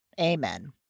Amen